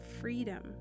freedom